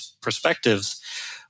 perspectives